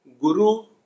guru